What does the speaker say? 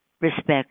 respect